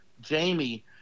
jamie